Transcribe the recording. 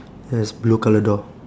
yes blue colour door